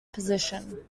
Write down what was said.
position